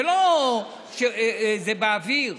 זה לא שזה באוויר.